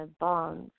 bonds